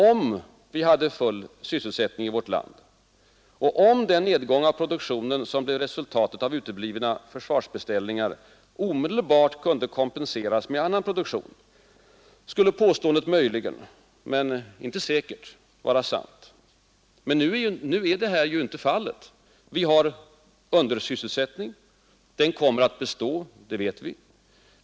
Om vi hade full sysselsättning i vårt land och om den nedgång av produktionen som blev resultatet av uteblivna försvarsbeställningar omedelbart kunde kompenseras med annan produktion, skulle påståendet möjligen — men inte säkert — vara sant. Men nu är det ju inte fallet. Vi har undersysselsättning. Den kommer att bestå, det vet vi.